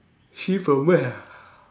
she from where